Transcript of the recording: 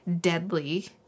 deadly